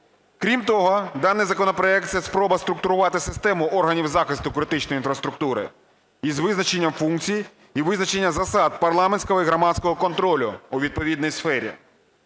Крім того, даний законопроект – це спроба структурувати систему органів захисту критичної інфраструктури з визначенням функцій і визначенням засад парламентського і громадського контролю у відповідній сфері.